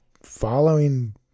following